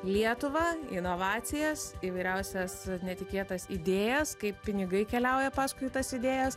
lietuvą inovacijas įvairiausias netikėtas idėjas kaip pinigai keliauja paskui tas idėjas